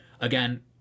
again